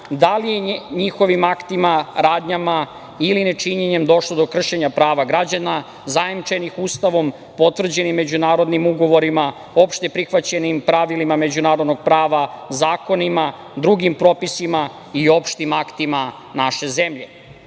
da li je njihovim aktima, radnjama ili nečinjenjem došlo do kršenja prava građana zajamčenih Ustavom, potvrđenim međunarodnim ugovorima, opšte prihvaćenim pravilima međunarodnog prava, zakonima, drugim propisima i opštim aktima naše